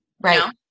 Right